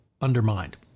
undermined